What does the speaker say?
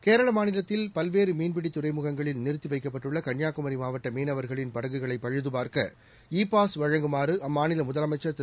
கேரள மாநிலத்தில் பல்வேறு மீன்பிடித் துறைமுகங்களில் நிறுத்தி வைக்கப்பட்டுள்ள கன்னியாகுமரி மாவட்ட மீனவர்களின் படகுகளை பழுதபார்க்க இ பாஸ் வழங்குமாறு அம்மாநில முதலமைச்சர் திரு